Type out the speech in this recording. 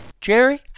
Jerry